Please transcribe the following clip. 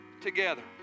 together